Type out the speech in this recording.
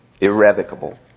Irrevocable